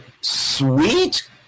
Sweet